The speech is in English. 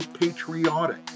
patriotic